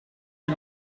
des